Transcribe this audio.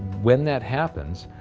when that happens,